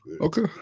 Okay